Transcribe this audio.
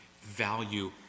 value